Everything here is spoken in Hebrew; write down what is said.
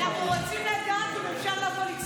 אנחנו רוצים לדעת אם אפשר לבוא לצלול איתך.